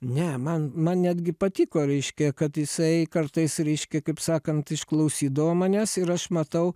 ne man man netgi patiko reiškia kad jisai kartais reiškia kaip sakant išklausydavo manęs ir aš matau